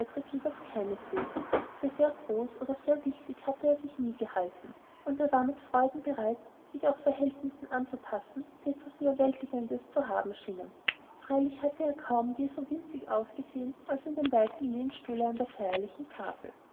jedoch keineswegs für sehr groß oder sehr wichtig hatte er sich nie gehalten und er war mit freuden bereit sich auch verhältnissen anzupassen die etwas ueberwältigendes für ihn zu haben schienen freilich hatte er kaum je so winzig ausgesehen als in dem weiten lehnstuhle an der feierlichen tafel